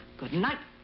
good night,